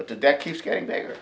but the debt keeps getting bigger